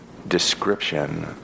description